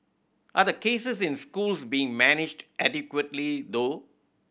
are the cases in schools being managed adequately though